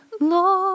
Lord